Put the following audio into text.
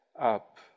up